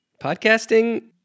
Podcasting